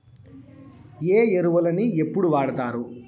ఏ ఎరువులని ఎప్పుడు వాడుతారు?